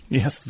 yes